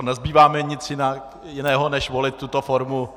Nezbývá mi nic jiného než volit tuto formu.